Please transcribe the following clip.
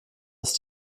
ist